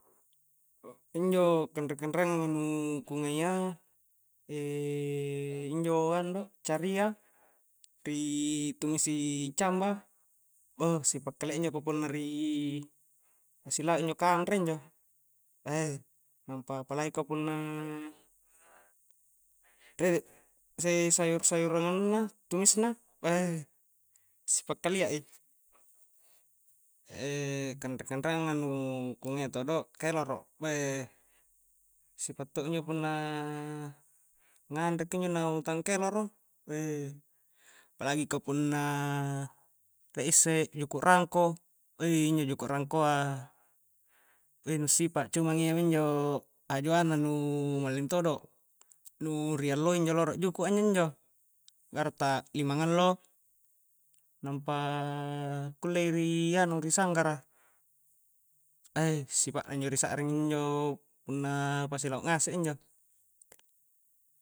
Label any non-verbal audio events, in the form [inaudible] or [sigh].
Injo kanre-kanreangang a nu ku ngaia [hesitation] injo anu do' caria ri tumisi camba beh sipa' kalia injo ka punna ri [hesitation] pasi lauk injo kanre injo [hesitation] nampa apalagi ka punna [unintelligible] sayur-sayuran anunna tumis na [hesitation] sipa' kalia i [hesitation] kanre-kanreangang a nu kungaia todo keloro [hesitation] sipa' to injo punna [hesitation] nganreki injo na utang keloro [hesitation] apalagi ka punna [hesitation] rie isse juku rangko [hesitation] injo juku' rangkoa [hesitation] nu sipa' cuman iyaminjo hajuang na nu [hesitation] malling todo nu [hesitation] rialloi injo rolo juku' a injo-njo ga'ra ta limang allo nampa [hesitation] kulle rianu, ri sanggara [hesitation] sipakna injo ri sakring injo-njo punna pasilauk ngasek injo